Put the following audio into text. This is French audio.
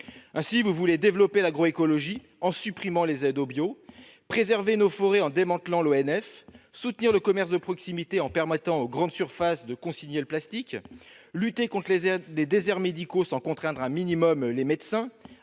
Ainsi, vous voulez développer l'agroécologie tout en supprimant les aides au bio, préserver nos forêts tout en démantelant l'ONF, l'Office national des forêts, soutenir le commerce de proximité tout en permettant aux grandes surfaces de consigner le plastique, lutter contre les déserts médicaux sans contraindre, même, les médecins,